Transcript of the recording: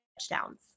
touchdowns